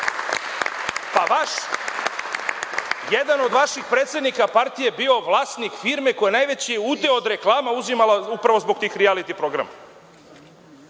Jedan od vaših predsednika partije je bio vlasnik firme koja je najveći udeo od reklama uzimala upravo zbog tih rijaliti programa.